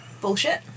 bullshit